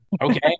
okay